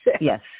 Yes